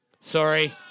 Sorry